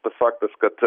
tas faktas kad